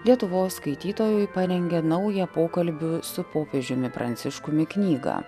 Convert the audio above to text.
lietuvos skaitytojui parengė naują pokalbių su popiežiumi pranciškumi knygą